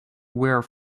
were